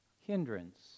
hindrance